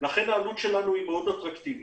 לכן העלות שלנו מאוד אטרקטיבית.